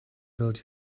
build